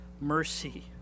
mercy